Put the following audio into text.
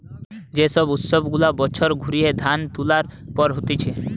যে সব উৎসব গুলা বছর ঘুরিয়ে ধান তুলার পর হতিছে